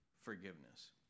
forgiveness